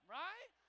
right